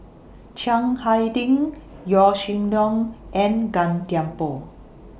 Chiang Hai Ding Yaw Shin Leong and Gan Thiam Poh